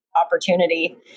opportunity